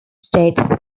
states